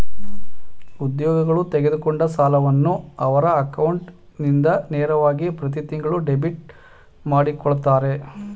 ಉದ್ಯೋಗಗಳು ತೆಗೆದುಕೊಂಡ ಸಾಲವನ್ನು ಅವರ ಅಕೌಂಟ್ ಇಂದ ನೇರವಾಗಿ ಪ್ರತಿತಿಂಗಳು ಡೆಬಿಟ್ ಮಾಡಕೊಳ್ಳುತ್ತರೆ